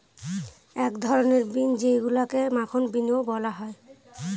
এক ধরনের বিন যেইগুলাকে মাখন বিনও বলা হয়